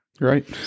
right